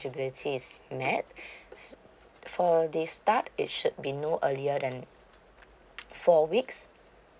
is met for the start it should be no earlier than four weeks